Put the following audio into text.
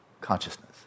consciousness